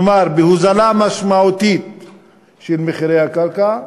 כלומר בהוזלה משמעותית של מחירי הקרקע,